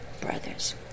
brothers